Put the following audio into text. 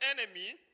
enemy